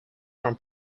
from